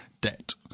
debt